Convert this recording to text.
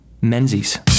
Menzies